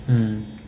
mm